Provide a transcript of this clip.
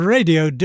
Radio